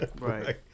Right